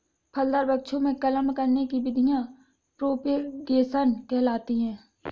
फलदार वृक्षों में कलम करने की विधियां प्रोपेगेशन कहलाती हैं